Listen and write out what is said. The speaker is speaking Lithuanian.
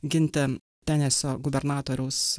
ginti tenesio gubernatoriaus